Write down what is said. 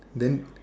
then